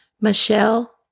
Michelle